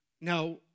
Now